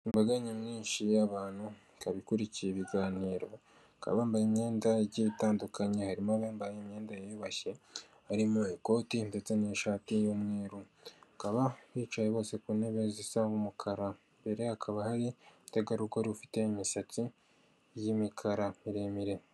Imbaga nyamwinshi y'abantu ikaba ikurikiye ibiganiro baka bambaye imyenda igiye itandukanye harimo abambaye imyenda yiyubashye harimo ikoti ndetse n'ishati y'umweru bakaba bicaye bose ku ntebe zisa umukara mbere hakaba hari umutegarugori rufite imisatsi y'imikara miremire.